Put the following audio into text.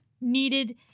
needed